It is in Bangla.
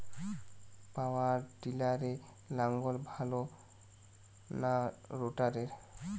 পাওয়ার টিলারে লাঙ্গল ভালো না রোটারের?